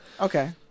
Okay